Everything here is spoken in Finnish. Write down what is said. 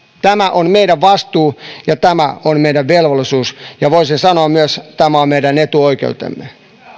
tämä on meidän vastuumme ja tämä on meidän velvollisuutemme ja voi sen sanoa myös että tämä on meidän etuoikeutemme